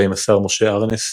בהם השר משה ארנס,